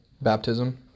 Baptism